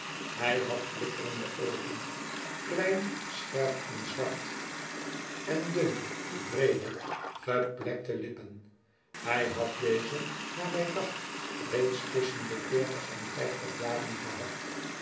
hij had flikkerende oogen kiein scherp en zwart en dunne breede geplekte lippen hij had deze naar mij dacht reeds tusschen de veertig en vijftig jaren gehad